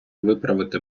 виправити